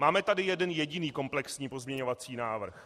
Máme tady jeden jediný komplexní pozměňovací návrh.